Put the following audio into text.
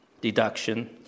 deduction